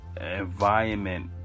environment